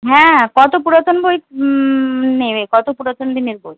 হ্যাঁ কত পুরাতন বই নেবে কত পুরাতন দিনের বই